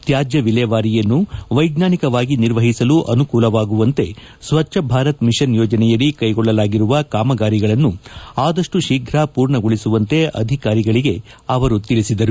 ತ್ಯಾಜ್ಯ ವಿಲೇವಾರಿಯನ್ನು ವೈಜ್ಞಾನಿಕವಾಗಿ ನಿರ್ವಹಿಸಲು ಅನುಕೂಲವಾಗುವಂತೆ ಸ್ಪಚ್ಟ ಭಾರತ್ ಮಿನ್ ಯೋಜನೆಯಡಿ ಕೈಗೊಳ್ಳಲಾಗಿರುವ ಕಾಮಗಾರಿಗಳನ್ನು ಆದ ಶೀಫ್ರವಾಗಿ ಪೂರ್ಣಗೊಳಿಸುವಂತೆ ಅಧಿಕಾರಿಗಳಿಗೆ ಅವರು ತಿಳಿಸಿದರು